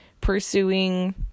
pursuing